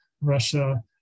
Russia